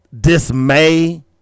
dismay